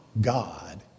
God